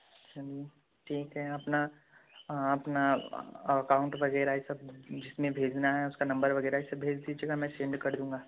चलो ठीक है अपना अपना अकाउंट वगैरह यह सब जिसमें भेजना है उसका नंबर वगैरह इसे भेज दीजिएगा मैं सेंड कर दूँगा